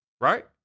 Right